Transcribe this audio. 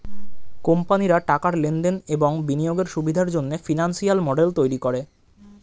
কোম্পানিরা টাকার লেনদেনের এবং বিনিয়োগের সুবিধার জন্যে ফিনান্সিয়াল মডেল তৈরী করে